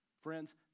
Friends